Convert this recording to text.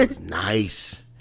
nice